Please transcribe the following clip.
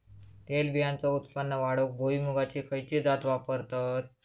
तेलबियांचा उत्पन्न वाढवूक भुईमूगाची खयची जात वापरतत?